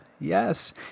Yes